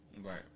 Right